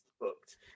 booked